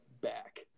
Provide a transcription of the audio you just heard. back